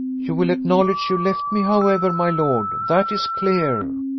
you will acknowledge you left me, however, my lord? that is clear.